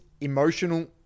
emotional